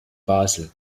basel